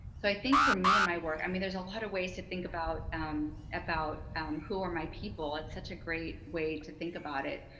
so i think for me and my work, i mean, there's a lot of ways to think about um about who are my people. it's such a great way to think about it,